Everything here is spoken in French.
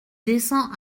descend